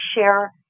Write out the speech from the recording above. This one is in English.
share